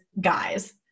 guys